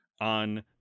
on